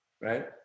right